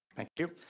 thank you.